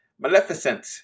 Maleficent